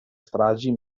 stragi